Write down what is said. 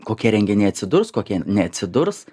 kokie renginiai atsidurs kokie neatsidurs